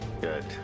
good